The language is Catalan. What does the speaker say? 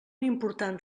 important